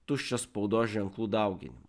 tuščią spaudos ženklų dauginimą